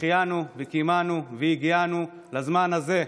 שהחיינו וקיימנו והגיענו לזמן הזה".